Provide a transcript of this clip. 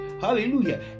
Hallelujah